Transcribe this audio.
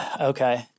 Okay